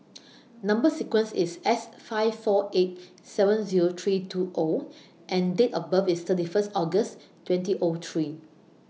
Number sequence IS S five four eight seven Zero three two O and Date of birth IS thirty First August twenty O three